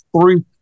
three